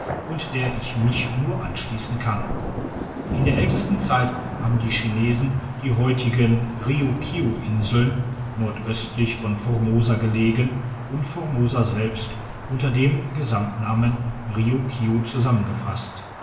und der ich mich nur anschliessen kann in der ältesten zeit haben die chinesen die heutigen riukiu inseln nordöstlich von formosa gelegen und formosa selbst unter dem gesamtnamen riukiu zusammengefasst